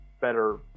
better